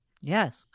Yes